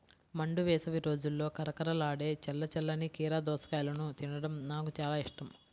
మండు వేసవి రోజుల్లో కరకరలాడే చల్ల చల్లని కీర దోసకాయను తినడం నాకు చాలా ఇష్టం